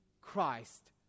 Christ